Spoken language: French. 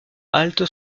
halte